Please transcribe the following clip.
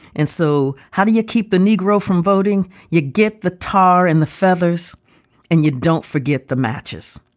and so how do you keep the negro from voting? you get the tar and the feathers and you don't forget the matches.